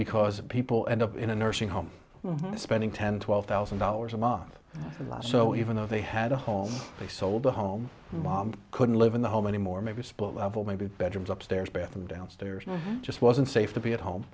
because people end up in a nursing home spending ten twelve thousand dollars a month for life so even though they had a home they sold the home mom couldn't live in the home anymore maybe a split level maybe bedrooms upstairs bathroom downstairs just wasn't safe to be at home